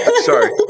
Sorry